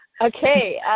Okay